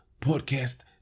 Podcast